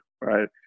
Right